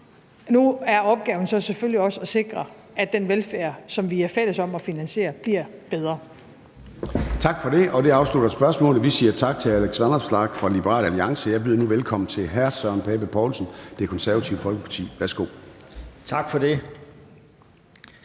nu er opgaven så selvfølgelig også at sikre, at den velfærd, som vi er fælles om at finansiere, bliver bedre. Kl. 13:53 Formanden (Søren Gade): Tak for det. Det afslutter spørgsmålet. Vi siger tak til hr. Alex Vanopslagh fra Liberal Alliance. Jeg byder nu velkommen til hr. Søren Pape Poulsen, Det Konservative Folkeparti. Værsgo. Kl.